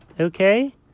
okay